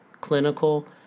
clinical